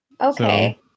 Okay